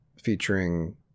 featuring